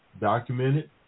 documented